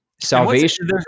salvation